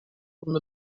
from